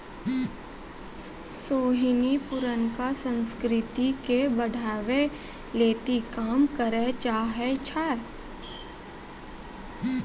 सोहिनी पुरानका संस्कृति के बढ़ाबै लेली काम करै चाहै छै